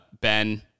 Ben